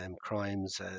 crimes